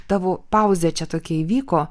tavo pauzė čia tokia įvyko